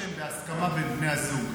זה בהסכמה בין בני הזוג.